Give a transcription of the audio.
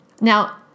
Now